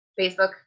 Facebook